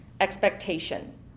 expectation